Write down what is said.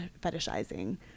fetishizing